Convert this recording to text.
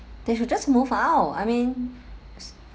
they should just move out I mean